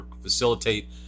facilitate